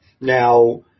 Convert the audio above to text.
Now